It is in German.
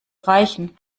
reichen